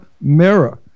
Mirror